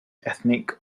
ethnic